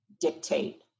dictate